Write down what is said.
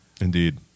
Indeed